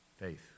Faith